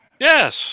Yes